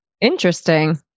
Interesting